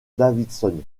davidson